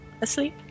...asleep